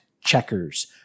checkers